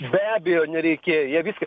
be abejo nereikėjo jie viską